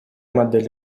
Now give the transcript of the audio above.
модель